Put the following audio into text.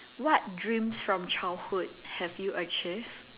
what dreams from childhood have you achieved